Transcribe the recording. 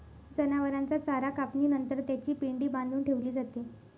जनावरांचा चारा कापणी नंतर त्याची पेंढी बांधून ठेवली जाते